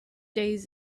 days